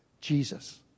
Jesus